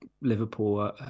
Liverpool